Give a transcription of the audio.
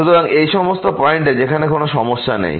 সুতরাং এই সমস্ত পয়েন্টে যেখানে কোন সমস্যা নেই